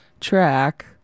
track